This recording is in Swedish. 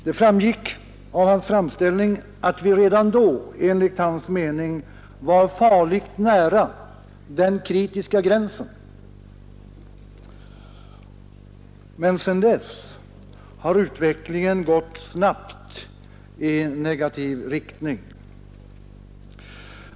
Det framgick av hans framställning att vi enligt hans mening redan då var farligt nära den kritiska gränsen. Och sedan dess har utvecklingen gått snabbt i negativ riktning.